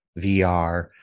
VR